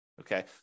okay